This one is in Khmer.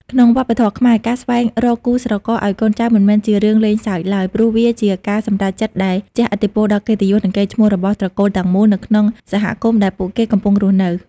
ក្នុងវប្បធម៌ខ្មែរ ការស្វែងរកគូស្រករឱ្យកូនចៅមិនមែនជារឿងលេងសើចឡើយ ព្រោះវាជាការសម្រេចចិត្តដែលជះឥទ្ធិពលដល់កិត្តិយស និងកេរ្តិ៍ឈ្មោះរបស់ត្រកូលទាំងមូលនៅក្នុងសហគមន៍ដែលពួកគេកំពុងរស់នៅ។